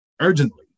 urgently